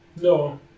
No